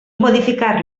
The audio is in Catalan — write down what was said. modificar